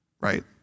right